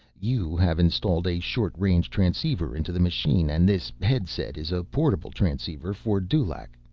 you have installed a short-range transceiver into the machine, and this headset is a portable transceiver for dulaq.